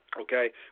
okay